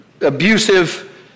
abusive